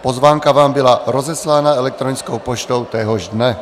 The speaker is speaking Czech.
Pozvánka vám byla rozeslána elektronickou poštou téhož dne.